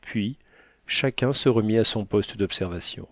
puis chacun se remit à son poste d'observation